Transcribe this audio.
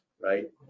right